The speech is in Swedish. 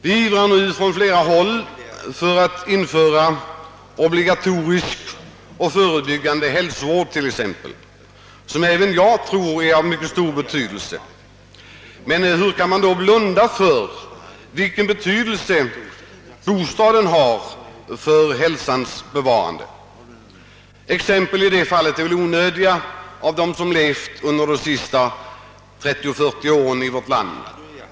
Vi ivrar nu från flera håll för att införa obligatorisk och förebyggande hälsovård som även jag tror är av mycket stor betydelse. Hur kan man då blunda för vilken betydelse bostaden har för hälsans bevarande? Exempel i det fallet är väl onödiga för dem som levt under de senaste 30—40 åren i vårt land.